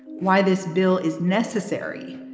why this bill is necessary.